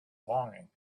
longing